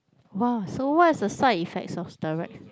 !wah! so what's the side effect of steroid